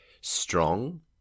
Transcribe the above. strong